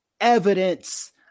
evidence